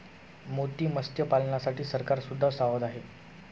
मोती मत्स्यपालनासाठी सरकार सुद्धा सावध आहे